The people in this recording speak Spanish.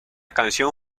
canción